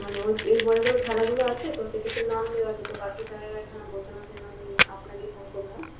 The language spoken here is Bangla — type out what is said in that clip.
মানে ওর এর খেলাধুলা আছে তো সেক্ষেত্রে নাম দেওয়া আছে তো বাকি স্যারেরা এখানে বলছে না সেজন্য আমি আপনাকেই ফোন করলাম